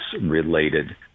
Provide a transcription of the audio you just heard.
related